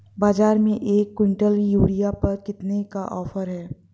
बाज़ार में एक किवंटल यूरिया पर कितने का ऑफ़र है?